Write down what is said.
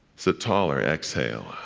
sit taller. exhale.